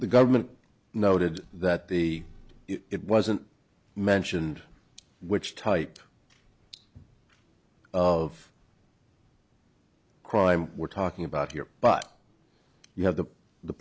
the government noted that the it wasn't mentioned which type of crime we're talking about here but you have the the